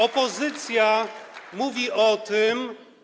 Opozycja mówi o tym.